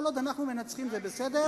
כל עוד אנחנו מנצחים זה בסדר,